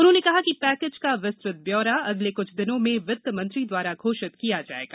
उन्होंने कहा कि पैकेज का विस्तृत ब्यौरा अगले क्छ दिनों में वित्तमंत्री दवारा घोषित किया जायेगा